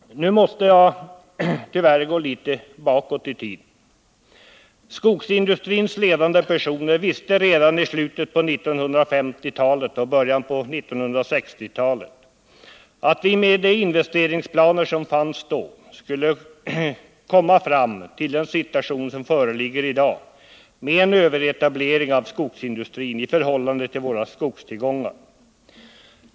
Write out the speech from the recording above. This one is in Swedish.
Nu måste jag tyvärr gå litet bakåt i tiden: Skogsindustrins ledande personer visste redan på slutet av 1950-talet och i början på 1960-talet att vi, med de investeringsplaner som fanns då, skulle kunna komma fram till den situation som föreligger i dag med en överetablering av skogsindustrin i förhållande till våra skogstillgångar.